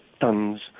tons